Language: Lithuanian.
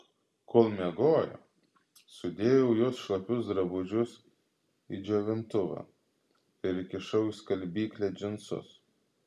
kol miegojo sudėjau jos šlapius drabužius į džiovintuvą ir įkišau į skalbyklę džinsus